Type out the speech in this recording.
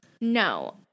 No